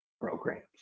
programs